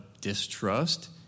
distrust